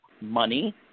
money